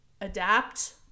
adapt